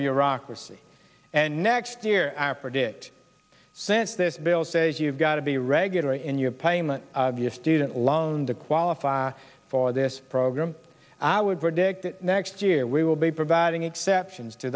bureaucracy and next year predict since this bill says you've got to be regular in your payment of your student loan to qualify for this program i would predict that next year we will be providing exceptions to